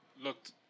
looked